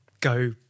go